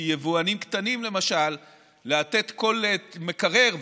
כי יבואנים קטנים למשל צריכים לתת כל מקרר,